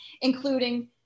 including